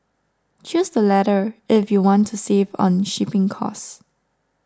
choose the latter if you want to save on shipping cost